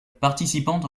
participant